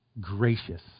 gracious